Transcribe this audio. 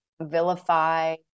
vilify